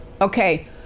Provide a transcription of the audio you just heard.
Okay